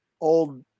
old